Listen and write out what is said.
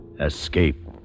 escape